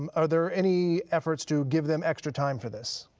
um are there any efforts to give them extra time for this?